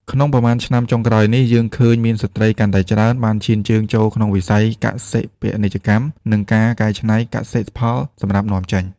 ក្នុងប៉ុន្មានឆ្នាំចុងក្រោយនេះ យើងឃើញមានស្ត្រីកាន់តែច្រើនបានឈានជើងចូលក្នុងវិស័យកសិ-ពាណិជ្ជកម្ម និងការកែច្នៃកសិផលសម្រាប់នាំចេញ។